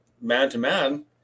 man-to-man